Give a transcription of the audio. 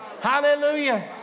Hallelujah